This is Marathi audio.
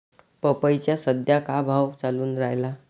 पपईचा सद्या का भाव चालून रायला?